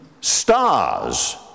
stars